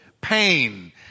pain